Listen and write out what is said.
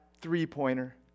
three-pointer